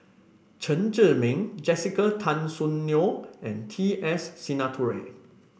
Chen Zhiming Jessica Tan Soon Neo and T S Sinnathuray